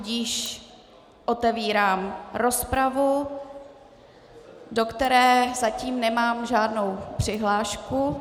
Tudíž otevírám rozpravu, do které zatím nemám žádnou přihlášku.